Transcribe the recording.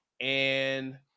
And-